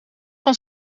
van